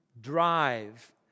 drive